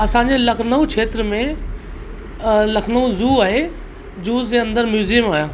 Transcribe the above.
असांजे लखनऊ क्षेत्र में लखनऊ ज़ू आहे ज़ू जे अंदरि म्यूज़ियम आहियां